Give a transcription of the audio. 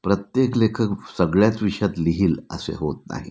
प्रत्येक लेखक सगळ्याच विषयात लिहिल असे होत नाही